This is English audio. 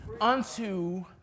unto